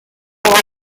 blog